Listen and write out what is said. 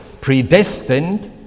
predestined